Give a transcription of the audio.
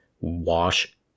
wash